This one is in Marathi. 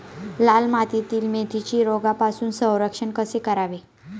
लाल मातीतील मेथीचे रोगापासून संरक्षण कसे करावे?